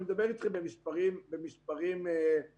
אני מדבר איתכם במספרים הגדולים.